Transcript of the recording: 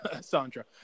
Sandra